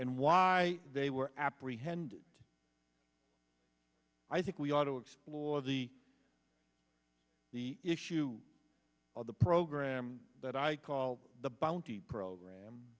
and why they were apprehended i think we ought to explore the the issue of the program that i call the bounty program